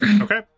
Okay